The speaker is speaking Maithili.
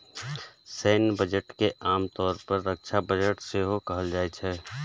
सैन्य बजट के आम तौर पर रक्षा बजट सेहो कहल जाइ छै